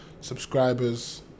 subscribers